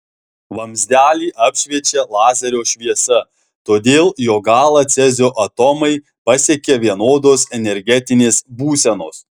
vamzdelį apšviečia lazerio šviesa todėl jo galą cezio atomai pasiekia vienodos energetinės būsenos